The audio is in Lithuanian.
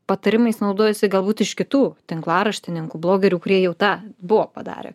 patarimais naudojiesi galbūt iš kitų tinklaraštininkų blogerių kurie jau tą buvo padarę